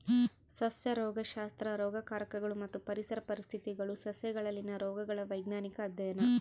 ಸಸ್ಯ ರೋಗಶಾಸ್ತ್ರ ರೋಗಕಾರಕಗಳು ಮತ್ತು ಪರಿಸರ ಪರಿಸ್ಥಿತಿಗುಳು ಸಸ್ಯಗಳಲ್ಲಿನ ರೋಗಗಳ ವೈಜ್ಞಾನಿಕ ಅಧ್ಯಯನ